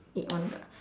eh on pula